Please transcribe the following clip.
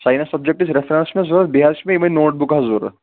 science سبجَکٹٕچ reference چھِ مےٚ ضوٚرتھ بیٚیہِ چھِ مےٚ یِمے نوٹ بُک حظ ضوٚرتھ